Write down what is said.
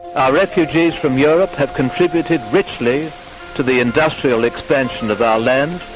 our refugees from europe have contributed richly to the industrial expansion of our land,